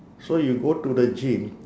so you go to the gym